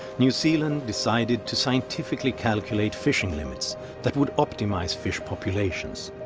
new zealand decided to scientifically calculate fishing limits that would optimize fish populations,